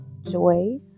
joy